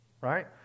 right